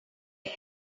air